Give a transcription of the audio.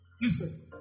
Listen